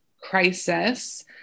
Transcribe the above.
crisis